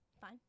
Fine